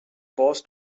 boss